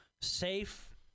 safe